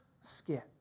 skit